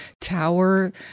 tower